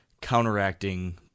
counteracting